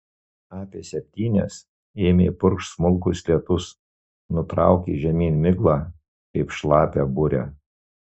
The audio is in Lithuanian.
apie septynias ėmė purkšt smulkus lietus nutraukė žemyn miglą kaip šlapią burę